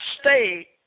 state